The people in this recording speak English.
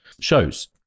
shows